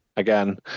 Again